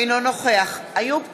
אינו נוכח איוב קרא,